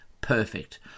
Perfect